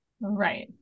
Right